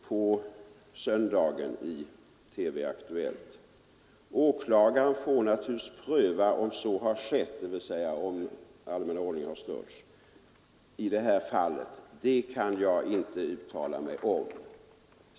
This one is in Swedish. På söndagen sade jag i TV-Aktuellt att åklagaren får ”naturligtvis pröva om så har skett” — dvs. om allmänna ordningen har störts — ”i det här fallet, det kan jag inte uttala mig om”.